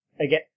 again